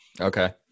Okay